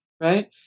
right